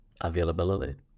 availability